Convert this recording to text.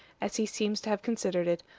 as he seems to have considered it,